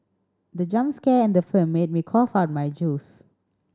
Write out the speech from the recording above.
the jump scare in the film made me cough out my juice